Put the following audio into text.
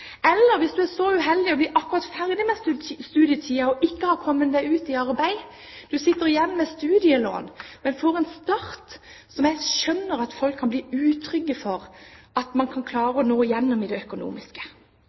Eller hvis en er så uheldig å bli akkurat ferdig med studietiden og ikke ha kommet seg ut i arbeid – en sitter igjen med studielån og får en start som jeg skjønner at en kan bli utrygg for